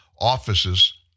offices